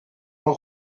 nhw